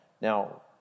Now